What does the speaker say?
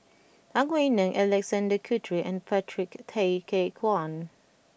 Ang Wei Neng Alexander Guthrie and Patrick Tay Teck Guan